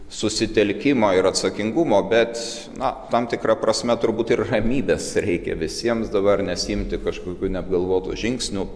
susitelkimo ir atsakingumo bet na tam tikra prasme turbūt ir ramybės reikia visiems dabar nesiimti kažkokių neapgalvotų žingsnių